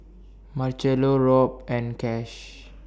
Marchello Robb and Cash